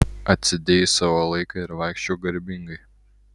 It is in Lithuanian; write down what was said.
atsėdėjai savo laiką ir vaikščiok garbingai